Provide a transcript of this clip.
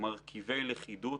מרכיבי לכידות,